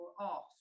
off